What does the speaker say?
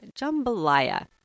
jambalaya